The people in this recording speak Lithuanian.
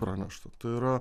pranešta tai yra